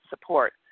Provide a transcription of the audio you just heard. support